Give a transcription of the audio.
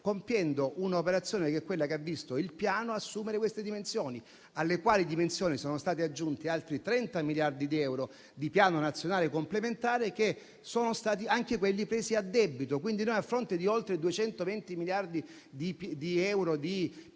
compiendo un'operazione che è quella che ha visto il Piano assumere queste dimensioni, alle quali sono stati aggiunti altri 30 miliardi di euro di Piano nazionale complementare, che sono stati, anche quelli, presi a debito. Noi quindi, a fronte di oltre 220 miliardi di euro di Piano